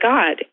God